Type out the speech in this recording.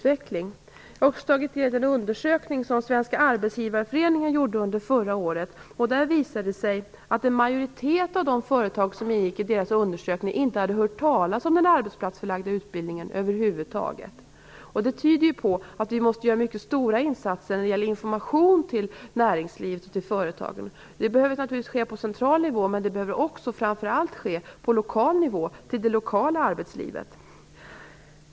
Vidare har jag tagit del av en undersökning som Svenska arbetsgivareföreningen gjorde förra året. Av undersökningen framgår att en majoritet av de företag som ingick i undersökningen över huvud taget inte hade hört talas om arbetsplatsförlagd utbildning. Det tyder på att vi måste göra mycket stora insatser när det gäller information till näringslivet och företagen. Det behöver naturligtvis ske på central nivå men också, och kanske framför allt, på lokal nivå, i det lokala arbetslivet.